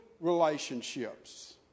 relationships